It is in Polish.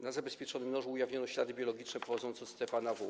Na zabezpieczonym nożu ujawniono ślady biologiczne pochodzące od Stefana W.